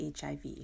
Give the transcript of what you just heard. HIV